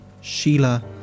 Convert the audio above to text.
Sheila